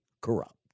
corrupt